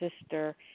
sister